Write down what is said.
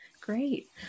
Great